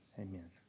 Amen